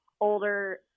older